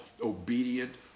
obedient